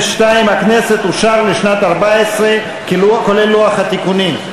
הכנסת, אושר, כולל לוח התיקונים.